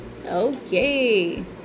Okay